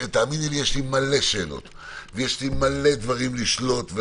תאמיני לי שיש לי מלא שאלות ויש לי מלא דברים לשלות,